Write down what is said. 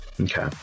okay